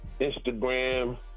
instagram